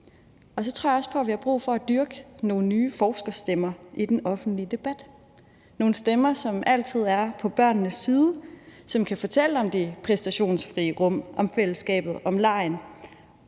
Så tror jeg også på, at vi har brug for at dyrke nogle nye forskerstemmer i den offentlige debat, nogle stemmer, som altid er på børnenes side, og som kan fortælle om det præstationsfrie rum, om fællesskabet, om legen,